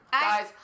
Guys